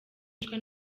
bishwe